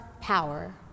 power